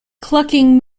clucking